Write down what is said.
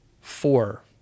four